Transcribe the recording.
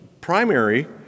primary